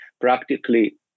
Practically